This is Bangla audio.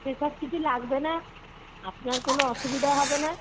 সেসব কিছু লাগবে না আপনার কোনো অসুবিধা হবে না